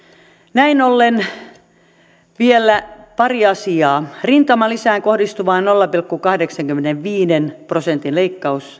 näin ollen vielä pari asiaa rintamalisään kohdistuva nolla pilkku kahdeksankymmenenviiden prosentin leikkaus